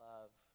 Love